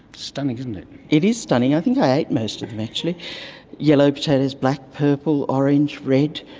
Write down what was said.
stunning, isn't it. it is stunning, i think i ate most of them actually yellow potatoes, black, purple, orange, red,